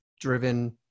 driven